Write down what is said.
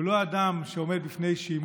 הוא לא אדם שעומד